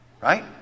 right